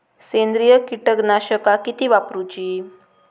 सेंद्रिय कीटकनाशका किती वापरूची?